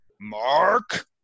Mark